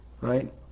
right